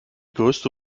größte